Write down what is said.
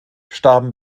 starben